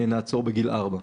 נעצור גם אנחנו בגיל ארבע.